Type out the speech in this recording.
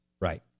Right